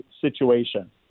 situation